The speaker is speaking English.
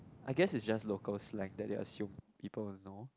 I guess is just local slang they assume people will know